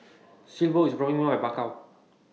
Silvio IS dropping Me off At Bakau